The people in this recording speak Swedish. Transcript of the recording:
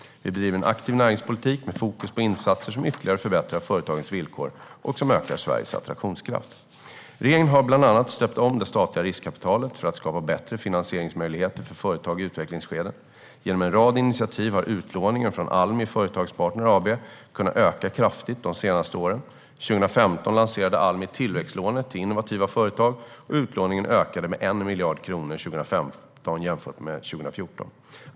Vi bedriver en aktiv näringspolitik med fokus på insatser som ytterligare förbättrar företagens villkor och som ökar Sveriges attraktionskraft. Regeringen har bland annat stöpt om det statliga riskkapitalet för att skapa bättre finansieringsmöjligheter för företag i utvecklingsskeden. Genom en rad initiativ har utlåningen från Almi Företagspartner AB kunnat öka kraftigt de senaste åren. År 2015 lanserade Almi tillväxtlånet till innovativa företag, och utlåningen ökade med 1 miljard kronor 2015 jämfört med 2014.